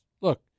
look